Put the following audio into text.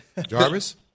Jarvis